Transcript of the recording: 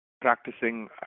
practicing